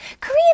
Korean